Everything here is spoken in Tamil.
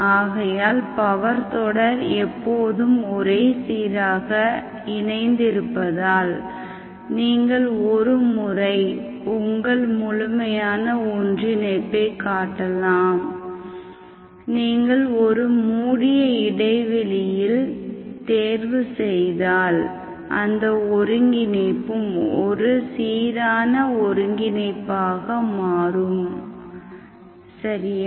ஆகையால் பவர் தொடர் எப்போதும் ஒரே சீராக இணைந்திருப்பதால் நீங்கள் ஒருமுறை உங்கள் முழுமையான ஒன்றிணைப்பை காட்டலாம் நீங்கள் ஒரு மூடிய இடைவெளியில் தேர்வு செய்தால் அந்த ஒருங்கிணைப்பும் ஒரு சீரான ஒருங்கிணைப்பாக மாறும் சரியா